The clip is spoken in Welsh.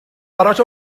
arall